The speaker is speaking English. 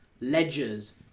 ledgers